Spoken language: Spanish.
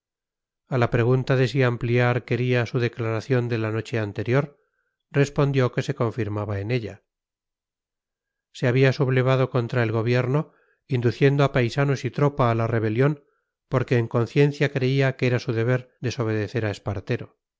a la pregunta de si ampliar quería su declaración de la noche anterior respondió que se confirmaba en ella se había sublevado contra el gobierno induciendo a paisanos y tropa a la rebelión porque en conciencia creía que era su deber desobedecer a espartero